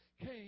came